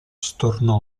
stornò